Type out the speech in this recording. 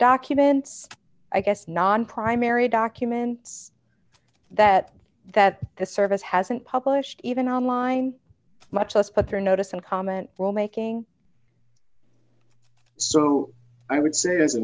documents i guess non primary documents that that the service hasn't published even online much less but they're notice and comment while making so i would say as a